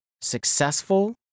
successful